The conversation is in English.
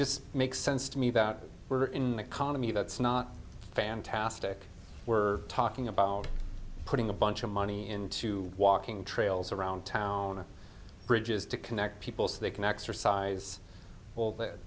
just makes sense to me that we're in the car to me that's not fantastic we're talking about putting a bunch of money into walking trails around town bridges to connect people so they can exercise all the